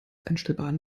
einstellbaren